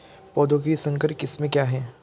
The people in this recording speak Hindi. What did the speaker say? पौधों की संकर किस्में क्या हैं?